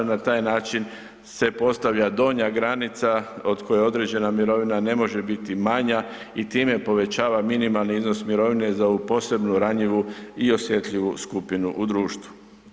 Na taj način se postavlja donja granica od koje određena mirovina ne može biti manja i time povećava minimalni iznos mirovine za ovu posebnu ranjivu i osjetljivu skupinu u društvu.